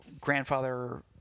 grandfather